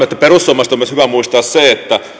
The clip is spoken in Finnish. että perussuomalaisten on myös hyvä muistaa se että